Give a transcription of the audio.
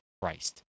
Christ